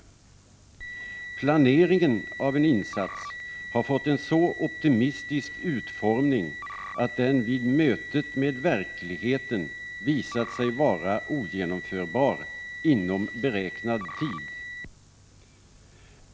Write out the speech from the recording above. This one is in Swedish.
Planeringen av en insats har fått en så optimistisk utformning att den vid mötet med verkligheten visat sig vara ogenomförbar inom beräknad tid.